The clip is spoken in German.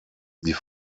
die